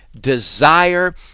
desire